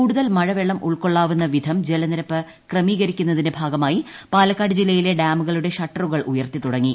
കൂടുതൽ മഴവെള്ളം ഉൾകൊള്ളാവുന്ന വിധം ജലനിരപ്പ് ക്രമീകരിക്കുന്നതിന്റെ ഭാഗമായി പാലക്കാട് ജില്ലയിലെ ഡാമുകളുടെ ഷട്ടറുകൾ ഉയർത്തി തുടങ്ങി